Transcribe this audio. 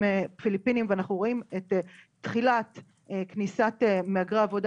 פיליפינים ואנחנו רואים את תחילת כניסת מהגרי עבודה